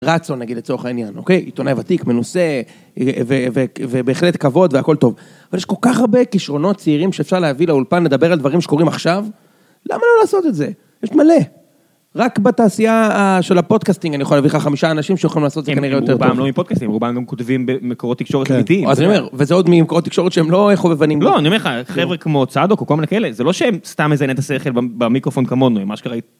רצון נגיד לצורך העניין, אוקיי? עיתונאי ותיק מנוסה ובהחלט כבוד והכול טוב. אבל יש כל כך הרבה כישרונות צעירים שאפשר להביא לאולפן, לדבר על דברים שקורים עכשיו, למה לא לעשות את זה? יש מלא. רק בתעשייה של הפודקאסטינג אני יכול להביא לך חמישה אנשים שיכולים לעשות את זה כנראה יותר טוב. רובם לא מפודקאסטינג, רובם הם כותבים במקורות תקשורת אמיתיים. אז אני אומר, וזה עוד ממקורות תקשורת שהם לא חובבנים. לא, אני אומר לך, חבר'ה כמו צדוק או כל מיני כאלה, זה לא שהם סתם איזה מזייני שכל במיקרופון כמונו הם אשכרה.